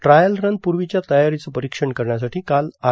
trial run पूर्वीच्या तयारीचं परीक्षण करण्यासाठी काल आर